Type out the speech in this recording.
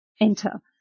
enter